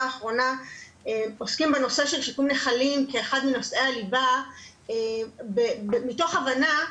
האחרונה עוסקים בנושא של שיקום נחלים כאחד מנושאי הליבה מתוך הבנה,